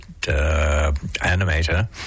animator